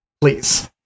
please